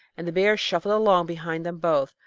and the bear shuffled along behind them both,